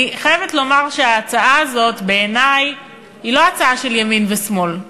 אני חייבת לומר שההצעה הזאת בעיני היא לא הצעה של ימין ושמאל.